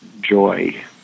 joy